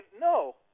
No